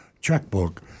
checkbook